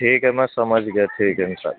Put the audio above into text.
ٹھیک ہے میں سمجھ گیا ٹھیک ہے ان شاء اللہ